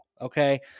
Okay